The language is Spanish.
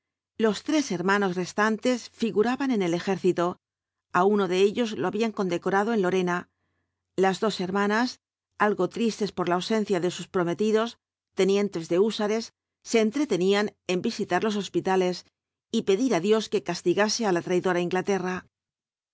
los tres hermanos restantes figuraban en el ejército á uno de ellos lo habían condecorado en lorena las dos hermanas algo tristes por la ausencia de sus prometidos tenientes de húsares se entretenían en visitar los hospitales y pedir á dios que castigase á la traidora inglaterra